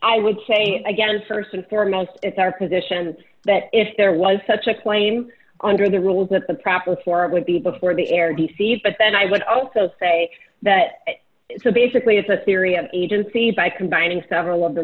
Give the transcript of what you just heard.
i would say again st and foremost it's our position that if there was such a claim under the rules that the property for it would be before the air d c but then i would also say that basically it's a theory of agency by combining several of the